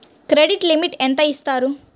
Credit limit ఎంత ఇస్తారు?